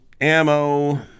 Ammo